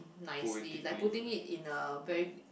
nicely like putting it in a very